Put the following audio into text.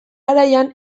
garaian